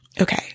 okay